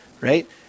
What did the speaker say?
right